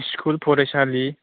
school फरायसालि